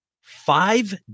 Five